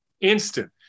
instant